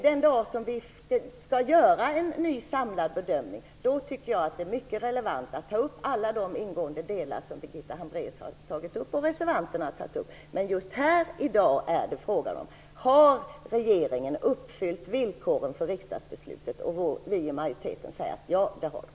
Den dag när vi skall göra en ny samlad bedömning blir det mycket relevant att ta upp alla de delar som Birgitta Hambraeus och reservanterna har tagit upp, men just i dag är frågan om regeringen har uppfyllt villkoren i riksdagsbeslutet. Vi i majoriteten säger att så är fallet.